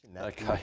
Okay